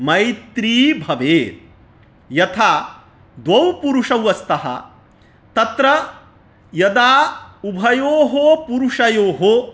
मैत्री भवेत् यथा द्वौ पुरुषौ स्तः तत्र यदा उभयोः पुरुषयोः